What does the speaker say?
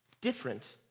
different